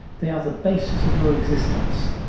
they are the basis of your existence.